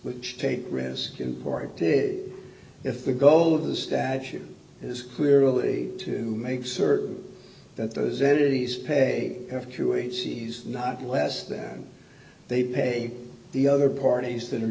which take risk important is if the goal of the statute is clearly to make certain that those entities pay a few it sees not less than they pay the other parties that are